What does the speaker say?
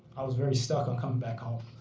very stuck on coming back home,